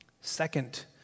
second